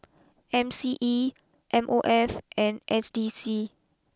M C E M O F and S D C